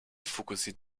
fokussiert